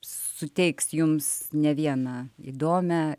suteiks jums ne vieną įdomią